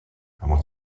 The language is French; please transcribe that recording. avant